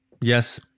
Yes